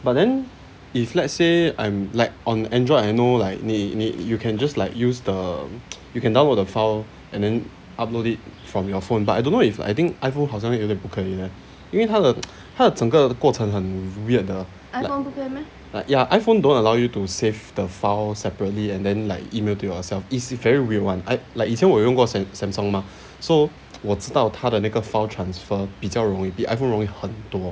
but then if let's say I'm like on android I know like 你你 you can just like use the you can download the file and then upload it from your phone but I don't know if I think iphone 好像有点不可以 leh 因为它的 整个过程很 weird 的 like ya iphone don't allow you to save the file separately and then like email to yourself is very weird one I like 以前我用过 samsung mah so 我知道他的那个 file transfer 比较容易比 iphone 容易很多